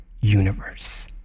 universe